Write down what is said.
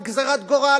גזירת גורל,